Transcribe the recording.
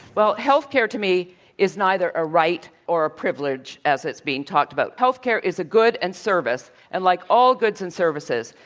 well, healthcare to me is neither a right or a privilege as it's being talked about. it is a good and service, and like all goods and services,